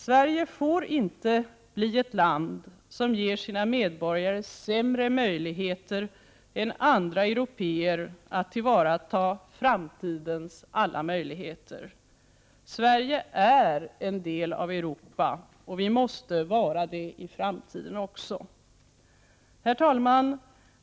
Sverige får inte bli ett land som ger sina medborgare sämre möjligheter än dem andra européer har att tillvarata framtidens alla möjligheter. Sverige är en del av Europa och måste vara det i framtiden också. Herr talman!